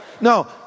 No